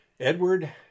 Edward